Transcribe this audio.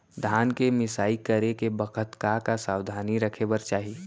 धान के मिसाई करे के बखत का का सावधानी रखें बर चाही?